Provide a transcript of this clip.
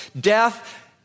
death